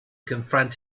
confront